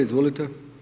Izvolite.